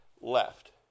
left